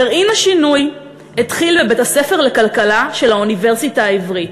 גרעין השינוי התחיל בבית-הספר לכלכלה של האוניברסיטה העברית,